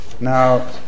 Now